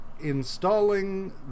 installing